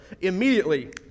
immediately